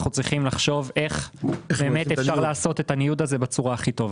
אנחנו צריכים לחשוב איך אפשר לעשות את הניוד הזה בצורה הכי טובה.